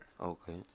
Okay